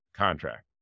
contract